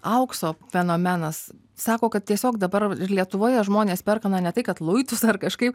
aukso fenomenas sako kad tiesiog dabar ir lietuvoje žmonės perka na ne tai kad luitus ar kažkaip